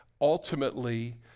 ultimately